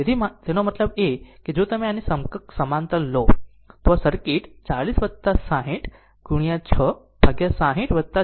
તેથી તેનો મતલબ કે જો તમે આની સમકક્ષ સમાંતર લો તો આ સર્કિટ 40 60 ગુણ્યા 6 ભાગ્યા 60 6 થશે